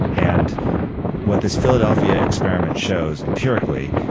and what this philadelphia experiment shows empirically,